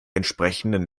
entsprechenden